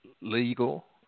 legal